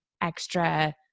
extra